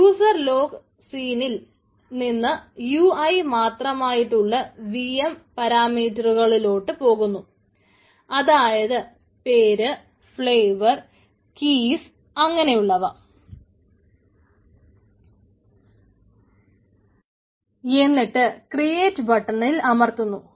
user log സീനിൽ അമർത്തുന്നു